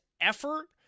effort